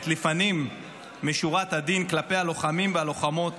את לפנים משורת הדין כלפי הלוחמים והלוחמות